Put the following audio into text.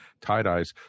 tie-dyes